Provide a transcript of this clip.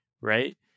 right